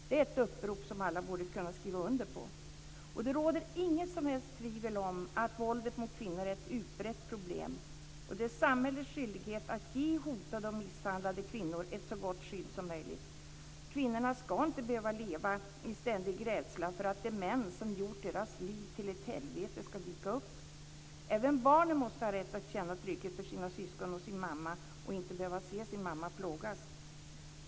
Det är ett upprop som alla borde kunna skriva under. Det råder inget som helst tvivel om att våldet mot kvinnor är ett utbrett problem. Det är samhällets skyldighet att ge hotade och misshandlade kvinnor ett så gott skydd som möjligt. Kvinnorna ska inte behöva leva i ständig rädsla för att de män som gjort deras liv till ett helvete ska dyka upp. Även barnen måste ha rätt att känna trygghet för sina syskon och sin mamma och ska inte behöva se sin mamma plågas.